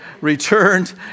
returned